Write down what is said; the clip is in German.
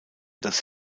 das